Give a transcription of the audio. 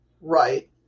Right